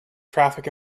traffic